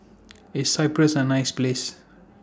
IS Cyprus A nice Place